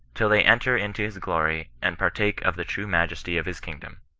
till they enter into his glory and partake of the true majesty of his kingdom.